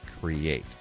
create